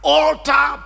alter